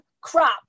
crap